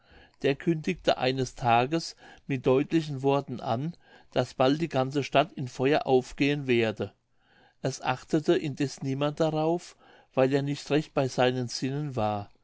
der kündigte eines tages mit deutlichen worten an daß bald die ganze stadt in feuer aufgehen werde es achtete indeß niemand darauf weil er nicht recht bei seinen sinnen war